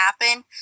happen